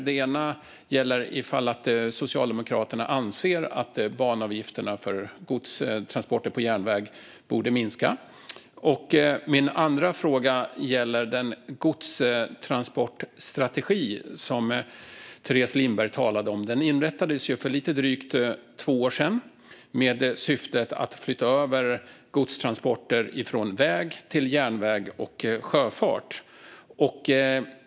Den ena gäller huruvida Socialdemokraterna anser att banavgifterna för godstransporter på järnväg borde minska. Min andra fråga gäller den godstransportstrategi som Teres Lindberg talade om. Den inrättades ju för lite drygt två år sedan med syftet att flytta över godstransporter från väg till järnväg och sjöfart.